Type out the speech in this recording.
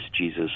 Jesus